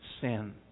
sin